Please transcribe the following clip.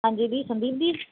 ਹਾਂਜੀ ਦੀ ਸੰਦੀਪ ਜੀ